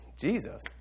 Jesus